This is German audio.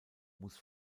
muss